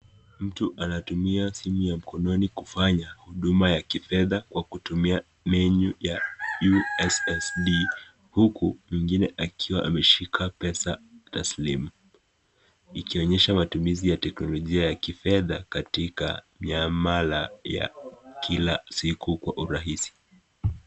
Mtu anatumia simu ya mkononi kufanya huduma ya kifedha kwa kutumia menyu ya USSD, huku mwingine akiwa ameshika pesa taslimu. Ikionyesha matumizi ya teknolojia ya kifedha katika miamala ya kila siku kwa urahisi.